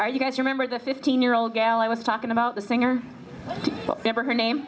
are you guys remember the fifteen year old gal i was talking about the singer but never her name